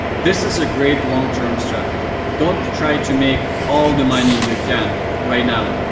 this is a great long term strategy. don't try to make all the money you can right now.